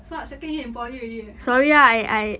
what second year in poly~ already leh